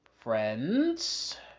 friends